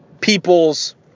people's